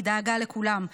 היא דאגה לכולם.